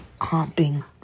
hopping